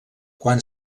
quan